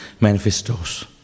manifestos